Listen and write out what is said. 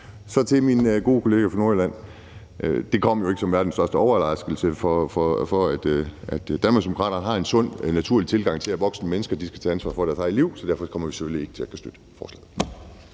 Til min gode kollega fra Nordjylland vil jeg sige, at Danmarksdemokraterne har en sund og naturlig tilgang til, at voksne mennesker skal tage ansvar for deres eget liv, så derfor kommer vi selvfølgelig ikke til at støtte forslaget,